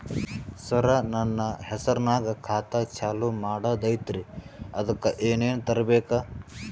ಸರ, ನನ್ನ ಹೆಸರ್ನಾಗ ಖಾತಾ ಚಾಲು ಮಾಡದೈತ್ರೀ ಅದಕ ಏನನ ತರಬೇಕ?